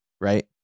Right